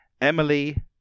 Emily